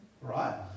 right